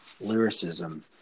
lyricism